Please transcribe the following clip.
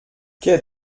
quai